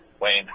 Wayne